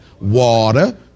Water